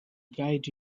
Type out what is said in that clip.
guide